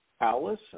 Alice